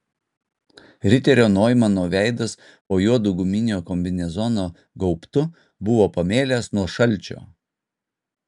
riterio noimano veidas po juodu guminio kombinezono gaubtu buvo pamėlęs nuo šalčio